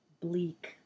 Bleak